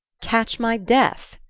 catch my death!